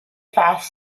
fast